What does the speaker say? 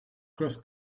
cross